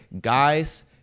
guys